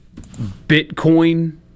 Bitcoin